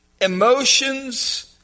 emotions